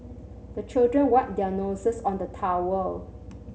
the children wipe their noses on the towel